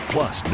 Plus